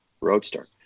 Roadster